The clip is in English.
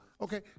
Okay